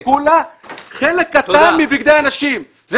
כולה חלק קטן מבגדי הנשים.